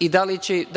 i da